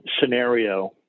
scenario